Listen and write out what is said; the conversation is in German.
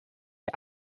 der